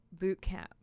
Bootcamp